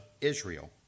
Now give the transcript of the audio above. Israel